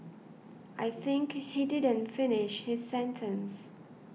I think he didn't finish his sentence